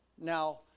Now